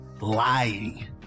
lying